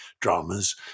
dramas